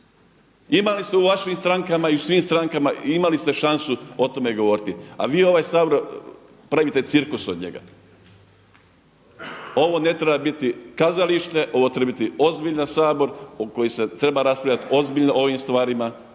Imali ste u vašim strankama i u svim strankama imali ste šansu o tome govoriti, a vi ovaj Sabor pravite cirkus od njega. Ovo ne treba biti kazalište ovo treba biti ozbiljan Sabor u kojem se treba raspravljati ozbiljno o ovom stvarima.